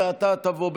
ואתה תבוא בינתיים.